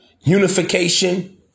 unification